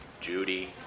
Judy